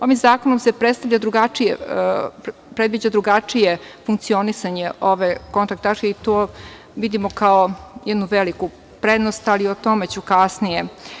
Ovim zakonom se predviđa drugačije funkcionisanje ove kontakt tačke i to vidimo kao jednu veliku prednost, ali o tome ću kasnije.